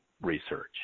Research